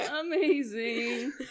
amazing